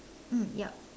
mm yup